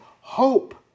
Hope